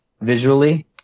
visually